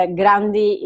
grandi